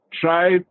Try